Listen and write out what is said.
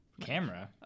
camera